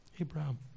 Abraham